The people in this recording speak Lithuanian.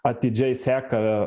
atidžiai seka